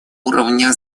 уровня